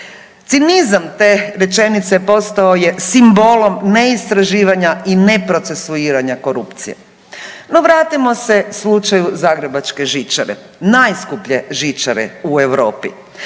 Cinizam te rečenice postao je simbolom ne istraživanja i neprocesuiranja korupcije. No vratimo se slušaju Zagrebačke žičare, najskuplje žičare u Europi